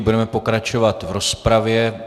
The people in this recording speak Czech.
Budeme pokračovat v rozpravě.